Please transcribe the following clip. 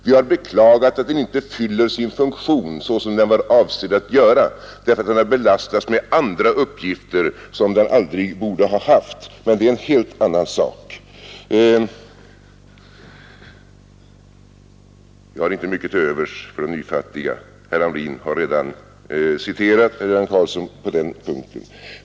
Vi har beklagat att den inte fyller sin funktion såsom den var avsedd att göra, därför att den har blivit belastad med andra uppgifter som den aldrig borde ha fått, men det är en helt annan sak. ”Jag har inte mycket till övers för de nyfattiga” — herr Hamrin har redan citerat herr Göran Karlsson på den punkten.